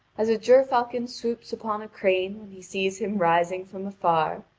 as a gerfalcon swoops upon a crane when he sees him rising from afar,